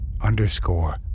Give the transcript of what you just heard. underscore